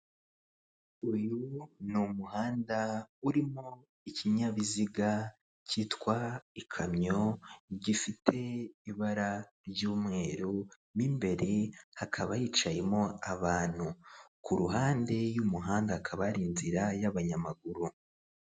Uyu ni umuhanda urimo ikinyabiziga kitwa ikamyo gifite ibara ry'umweru, mo imbere hakaba hicayemo abantu. Ku ruhande y'umuhanda hakaba hari inzira y'abanyamaguru.